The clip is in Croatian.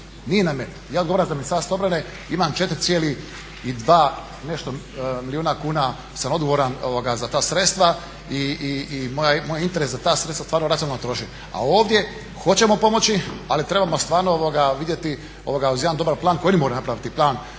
nije na meni. Ja odgovaram za Ministarstvo obrane, ima 4,2 i nešto milijuna kuna, sam odgovoran za ta sredstva, i moj interes za ta sredstva stvarno racionalno trošim. A ovdje hoćemo pomoći, ali trebamo stvarno vidjeti uz jedan dobar plan, idemo napraviti plan,